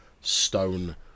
stone